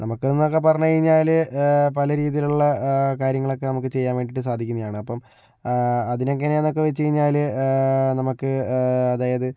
നമുക്കെന്നൊക്കെ പറഞ്ഞു കഴിഞ്ഞാൽ പല രീതിയിലുള്ള കാര്യങ്ങളൊക്കെ നമുക്ക് ചെയ്യാൻ വേണ്ടിയിട്ട് സാധിക്കുന്നതാണ് അപ്പോൾ അതിന് എങ്ങനെയാണ് എന്നൊക്കെ വെച്ച് കഴിഞ്ഞാൽ നമുക്ക് അതായത്